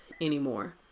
anymore